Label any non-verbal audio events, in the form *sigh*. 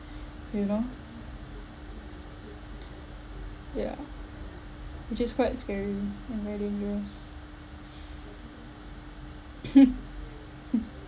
you know yeah which is quite scary and very dangerous *laughs*